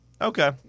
okay